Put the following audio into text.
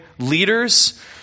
leaders